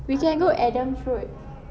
we can go adam's road